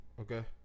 Okay